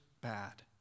bad